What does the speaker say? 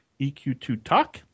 EQ2Talk